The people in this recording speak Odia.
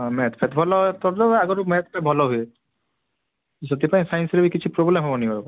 ହଁ ମ୍ୟାଥ୍ ଫ୍ୟାଥ୍ ଭଲ କରିଦବୁ ଆଗରୁ ମ୍ୟାଥ୍ ଟା ଭଲ ହୁଏ ସେଥିପାଇଁ ସାଇନ୍ସର ବି କିଛି ପ୍ରୋବ୍ଲେମ୍ ହେବ ନାହିଁ ବାପା